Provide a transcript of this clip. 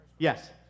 Yes